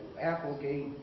Applegate